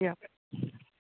या